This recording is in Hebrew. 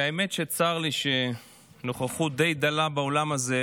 והאמת היא שצר לי שהנוכחות די דלה באולם הזה,